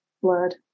blood